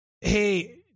hey